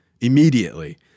Immediately